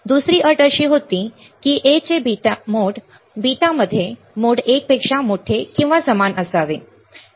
दुसरी अट अशी होती की A चे मोड बीटा मध्ये मोड 1 पेक्षा मोठे किंवा समान असावे